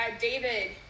David